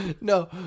No